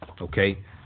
Okay